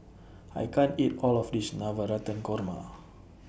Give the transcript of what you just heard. I can't eat All of This Navratan Korma